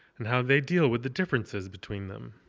and how they deal with the differences between them.